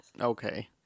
Okay